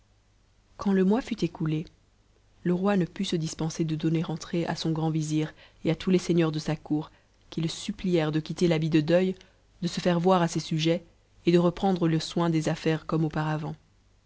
quand le mois fut écouté le roi ne put se dispenser de donner entrée à son grand vizir et à tous les seigneurs de sa cour qui le supplièrent de quitter l'habit de deuil de se faire voir à ses sujets et de reprendre le soin des affaires comme auparavant